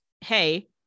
hey